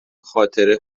خاطره